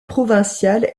provincial